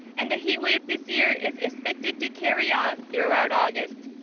and the heat wave this year is expected to carry on throughout august.